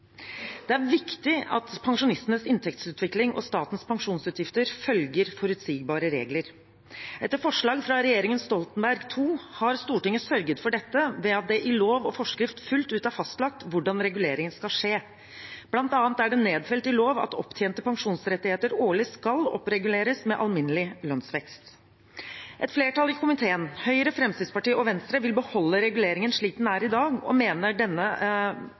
Det er viktig at pensjonistenes inntektsutvikling og statens pensjonsutgifter følger forutsigbare regler. Etter forslag fra regjeringen Stoltenberg II har Stortinget sørget for dette ved at det i lov og forskrift fullt ut er fastlagt hvordan reguleringen skal skje. Blant annet er det nedfelt i lov at opptjente pensjonsrettigheter årlig skal oppreguleres med alminnelig lønnsvekst. Et flertall i komiteen, Høyre, Fremskrittspartiet og Venstre, vil beholde reguleringen slik den er i dag, og mener denne